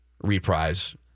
reprise